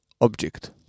Object